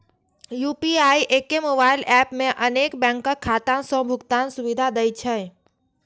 UPI एके mobile app मे अनेक बैंकक खाता सं भुगतान सुविधा दै छै